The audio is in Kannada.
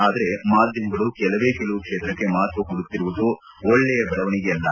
ಆದರೆ ಮಾಧ್ವಮಗಳು ಕೆಲವೇ ಕೆಲವು ಕ್ಷೇತ್ರಕ್ಷೆ ಮಪತ್ತ ಕೊಡುತ್ತಿರುವುದು ಒಳ್ಳೆಯ ಬೆಳವಣಿಗೆಯಲ್ಲ